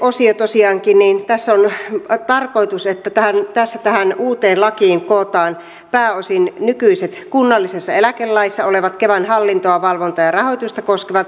tässä ensimmäisessä osiossa tosiaankin on tarkoitus että tähän uuteen lakiin kootaan pääosin nykyiset kunnallisessa eläkelaissa olevat kevan hallintoa valvontaa ja rahoitusta koskevat säännökset